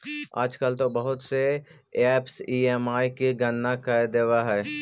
आजकल तो बहुत से ऐपस ई.एम.आई की गणना कर देवअ हई